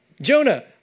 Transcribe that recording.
Jonah